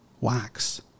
wax